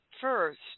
first